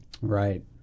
Right